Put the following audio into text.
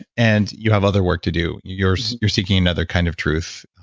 ah and you have other work to do. you're you're seeking another kind of truth,